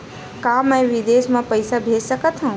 का मैं विदेश म पईसा भेज सकत हव?